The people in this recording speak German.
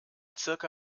circa